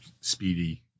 speedy